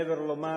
מעבר ללומר